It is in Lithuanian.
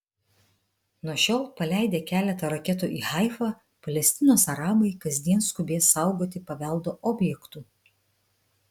nuo šiol paleidę keletą raketų į haifą palestinos arabai kasdien skubės saugoti paveldo objektų